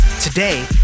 Today